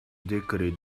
decorate